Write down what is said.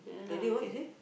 that day what you say